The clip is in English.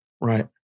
Right